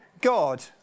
God